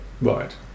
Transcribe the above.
Right